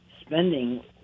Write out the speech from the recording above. spending